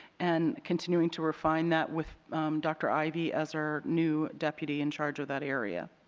and continuing to refine that with dr. ivy as our new deputy in charge of that area.